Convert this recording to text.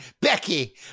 Becky